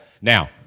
Now-